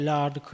Lord